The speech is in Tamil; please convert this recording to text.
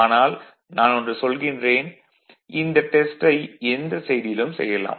ஆனால் நான் ஒன்று சொல்கிறேன் - இந்த டெஸ்டை எந்த சைடிலும் செய்யலாம்